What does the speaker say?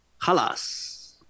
halas